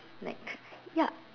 like yup